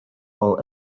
all